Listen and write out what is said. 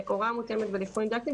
להוראה מותאמת ולאבחון דידקטי,